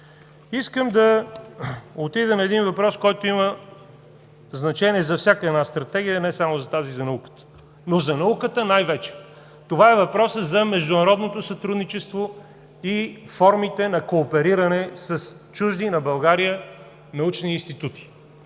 Искам да отида на въпрос, който има значение за всяка една стратегия, не само за тази за науката, но за науката най-вече. Това е въпросът за международното сътрудничество и формите на коопериране с чужди на България научни институти.